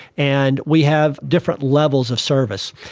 and we have different levels of service.